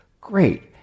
great